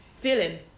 feeling